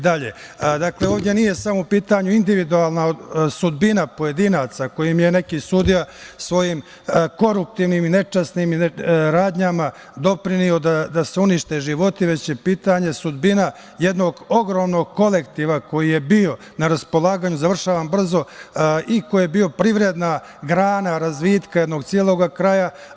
Dakle, ovde nije samo u pitanju individualna sudbina pojedinaca kojima je neki sudija svojim koruptivnim i nečasnim radnjama doprineo da se unište životi, već je pitanje sudbina jednog ogromnog kolektiva koji je bio na raspolaganju i koji je bio privredna grana razvitka jednog celog kraja.